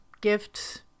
gifts